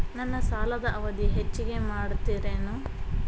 ನನ್ನ ಸಾಲದ ಅವಧಿ ಹೆಚ್ಚಿಗೆ ಮಾಡ್ತಿರೇನು?